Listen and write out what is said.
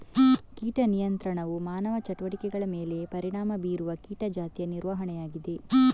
ಕೀಟ ನಿಯಂತ್ರಣವು ಮಾನವ ಚಟುವಟಿಕೆಗಳ ಮೇಲೆ ಪರಿಣಾಮ ಬೀರುವ ಕೀಟ ಜಾತಿಯ ನಿರ್ವಹಣೆಯಾಗಿದೆ